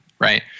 right